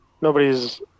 nobody's